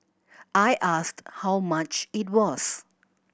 I asked how much it was